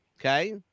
okay